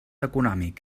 econòmic